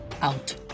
Out